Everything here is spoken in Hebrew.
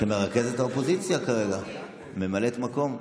כמרכזת האופוזיציה כרגע, ממלאת מקום.